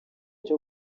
cyo